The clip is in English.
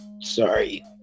Sorry